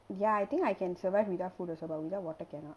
ya I think I can survive without food also but without water cannot